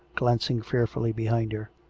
glancing fear fully behind her.